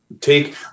take